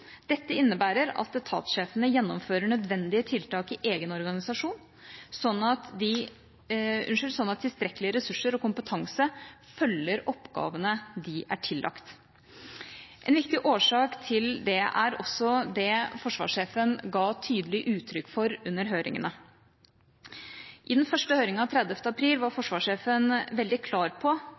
Dette innebærer at etatssjefene gjennomfører nødvendige tiltak i egen organisasjon, sånn at tilstrekkelige ressurser og kompetanse følger oppgavene de er tillagt. En viktig årsak til det er også det forsvarssjefen ga tydelig uttrykk for under høringene. I den første høringen 30. april var forsvarssjefen veldig klar på